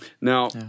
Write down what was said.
Now